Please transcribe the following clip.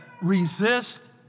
resist